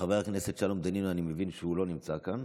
חבר הכנסת שלום דנינו, אני מבין שהוא לא נמצא כאן